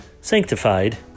sanctified